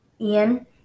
Ian